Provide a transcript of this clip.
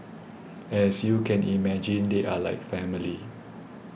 as you can imagine they are like family